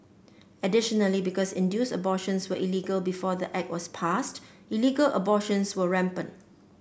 additionally because induced abortions were illegal before the Act was passed illegal abortions were rampant